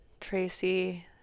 Tracy